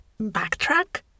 Backtrack